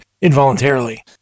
involuntarily